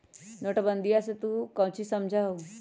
नोटबंदीया से तू काउची समझा हुँ?